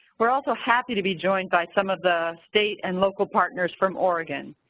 we are also happy to be joined by some of the state and local partners from oregon.